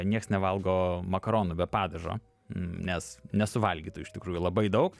nieks nevalgo makaronų be padažo nes nesuvalgytų iš tikrųjų labai daug